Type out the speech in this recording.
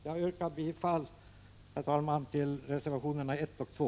Jag yrkar bifall, herr talman, till reservationerna 1 och 2.